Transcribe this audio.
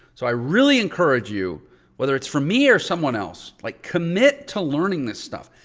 so i really encourage you whether it's from me or someone else, like commit to learning this stuff.